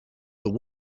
but